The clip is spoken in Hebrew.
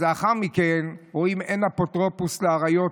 לאחר מכן אומרים "אין אפוטרופוס לעריות",